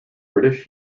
british